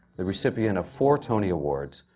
the recipient of four tony awards.